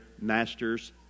master's